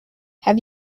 have